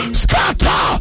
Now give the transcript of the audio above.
scatter